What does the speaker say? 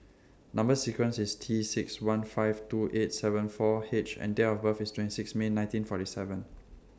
Number sequence IS T six one five two eight seven four H and Date of birth IS twenty six May nineteen forty seven